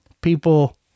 people